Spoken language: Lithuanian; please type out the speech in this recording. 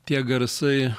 tie garsai